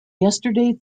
yesterday